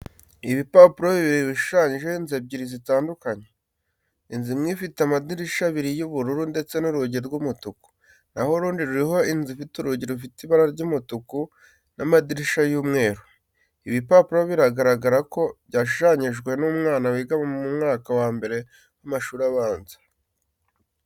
Ibipapuro bibiri bishushanyijeho inzu ebyiri zitandukanye. Inzu imwe ifite amadirishya abiri y'ubururu ndetse n'urugi rw'umutuku, naho urundi ruriho inzu ifite urugi rufite ibara ry'umutuku n'amadirishya y'umweru. Ibi bipapuro biragaragara ko byashushanyijwe n'umwana wiga mu mwaka wa mbere w'amashuri abanza.